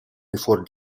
before